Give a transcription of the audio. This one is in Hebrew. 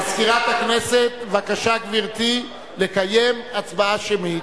מזכירת הכנסת, בבקשה, גברתי, לקיים הצבעה שמית.